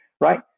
right